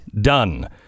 done